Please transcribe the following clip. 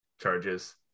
charges